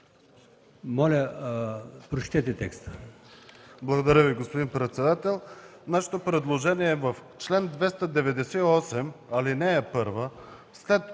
Моля, прочетете текста!